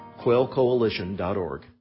quailcoalition.org